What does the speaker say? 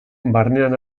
barnean